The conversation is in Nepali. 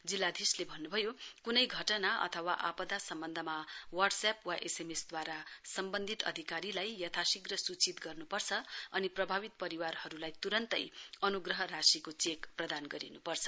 जिल्लाधीशले भन्नुभयो कुनै घटना अथवा आपदाबारे वाट एप वा एसएमएसद्वारा सम्बन्धित अधाकरीलाई यथाशीघ्र सूचित गर्नुपर्छ अनि प्रभावित परिवारहरूलाई तुरून्तै अनुग्रह राशिको चेक प्रदान गरिनुपर्छ